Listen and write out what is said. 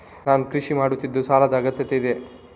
ನಾನು ಕೃಷಿ ಮಾಡುತ್ತಿದ್ದು ಸಾಲದ ಅಗತ್ಯತೆ ಇದೆ?